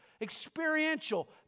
experiential